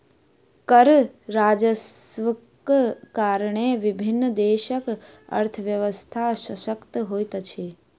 कर राजस्वक कारणेँ विभिन्न देशक अर्थव्यवस्था शशक्त होइत अछि